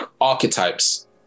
Archetypes